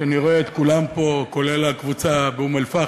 שאני רואה את כולם פה, כולל הקבוצה מאום-אלפחם,